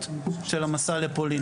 היא: מה הילד זוכר מפולין?